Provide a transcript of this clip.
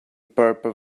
purple